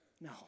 No